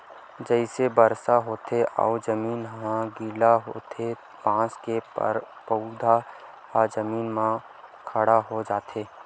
जइसे बरसा होथे अउ जमीन ह गिल्ला होथे बांस के पउधा ह जमीन म खड़ा हो जाथे